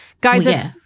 guys